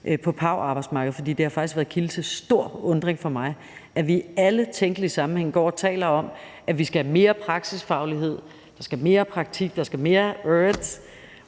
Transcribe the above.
på pau-arbejdsmarkedet. For det har faktisk været kilde til stor undren hos mig, at vi i alle tænkelige sammenhænge går og taler om, at vi skal have mere praksisfaglighed, vi skal have mere praktik, og så har man ikke